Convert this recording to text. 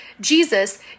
Jesus